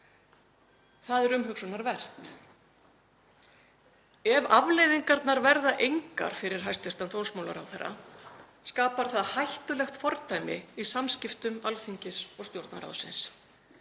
Það er umhugsunarvert. Ef afleiðingarnar verða engar fyrir hæstv. dómsmálaráðherra skapar það hættulegt fordæmi í samskiptum Alþingis og Stjórnarráðsins,